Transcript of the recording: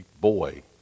boy